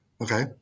Okay